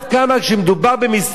שהם באים לפגוע בך,